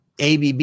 ABB